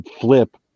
flip